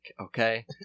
Okay